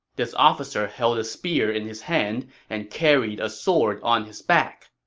this officer held a spear in his hand and carried a sword on his back.